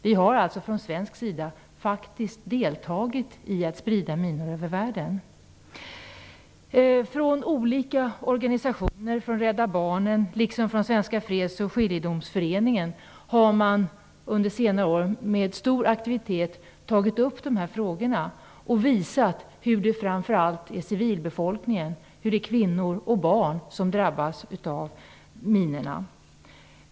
Vi har alltså från svensk sida faktiskt deltagit i att sprida minor över världen. Från olika organisationer, från Rädda barnen liksom från Svenska Freds och skiljedomsföreningen, har man under senare år med stor aktivitet tagit upp de här frågorna och visat hur det framför allt är civilbefolkningen, kvinnor och barn, som drabbas av minorna.